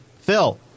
Phil